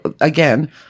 again